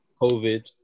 COVID